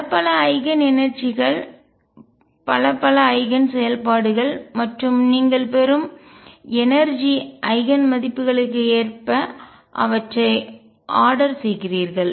பல பல ஐகன் எனர்ஜிகள்ஆற்றல் பல பல ஐகன்செயல்பாடுகள் மற்றும் நீங்கள் பெறும் எனர்ஜிஆற்றல் ஐகன்மதிப்புகளுக்கு ஏற்ப அவற்றை ஆர்டர் செய்கிறீர்கள்